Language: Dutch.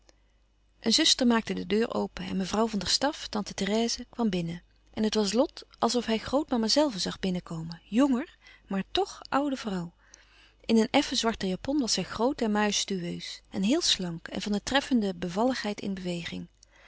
een zuster maakte de deur open en mevrouw van der staff tante therèse kwam binnen en het was lot als of hij grootmama zelve zag binnen komen jonger maar tch oude vrouw in een effen zwarte japon was zij groot en majestueus en heel slank en van een treffende bevalligheid in beweging